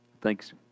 Thanks